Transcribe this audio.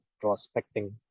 prospecting